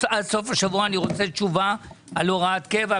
עד סוף השבוע אני רוצה תשובה לגבי הוראת קבע.